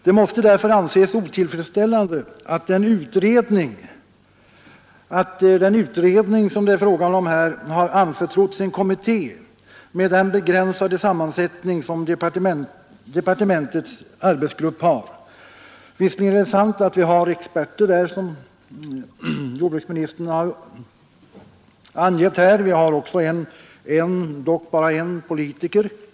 Det måste därför anses otillfredsställande, att den utredning det här är fråga om anförtrotts en kommitté med den begränsade sammansättning som departementets arbetsgrupp har. Visserligen är det sant att det där finns experter, som jordbruksministern har uppgett här. Vi har också en men dock bara en, politiker i utredningen.